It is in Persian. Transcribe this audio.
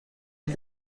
این